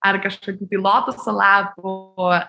ar kažkokių tai lotoso lapų